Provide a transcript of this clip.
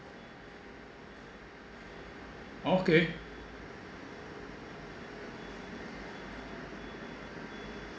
okay